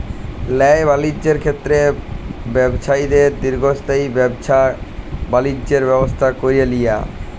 ল্যায় বালিজ্যের ক্ষেত্রে ব্যবছায়ীদের দীর্ঘস্থায়ী ব্যাবছা বালিজ্যের ব্যবস্থা ক্যরে লিয়া